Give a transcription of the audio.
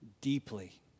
deeply